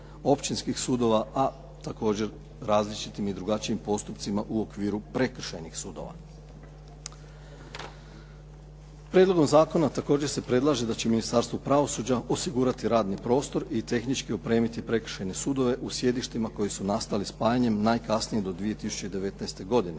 općinskih sudova a također različitim i drugačijim postupcima u okviru prekršajnih sudova. Prijedlogom zakona također se predlaže da će Ministarstvo pravosuđa osigurati radni prostor i tehnički opremiti prekršajne sudove u sjedištima koji su nastali spajanjem najkasnije do 2019. godine.